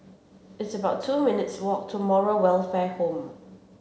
it's about two minutes walk to Moral Welfare Home